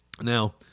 Now